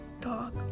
talk